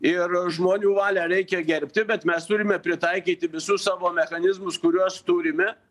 ir žmonių valią reikia gerbti bet mes turime pritaikyti visus savo mechanizmus kuriuos turime